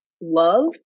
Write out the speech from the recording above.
love